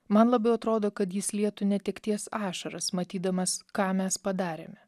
man labiau atrodo kad jis lietų netekties ašaras matydamas ką mes padarėme